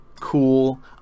cool